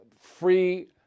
free